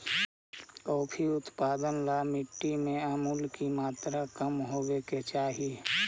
coffee उत्पादन ला मिट्टी में अमूल की मात्रा कम होवे के चाही